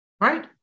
Right